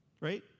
Right